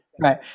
Right